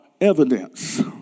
Evidence